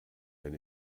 wenn